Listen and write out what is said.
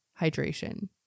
hydration